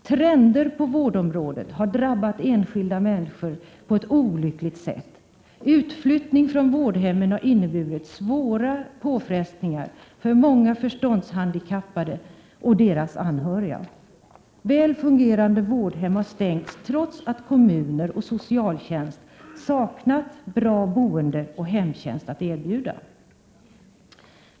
Trender på vårdområdet har drabbat enskilda människor på ett olyckligt sätt. Utflyttning från vårdhemmen har inneburit svåra påfrestningar för många förståndshandikappade och deras anhöriga. Väl fungerande vårdhem har stängts trots att kommuner och socialtjänst saknat bra boende och hemtjänst att erbjuda.